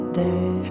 day